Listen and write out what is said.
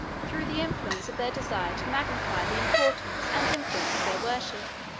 through the influence of their desire to magnify the importance and influence of their worship,